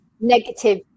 negative